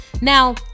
Now